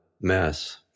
mess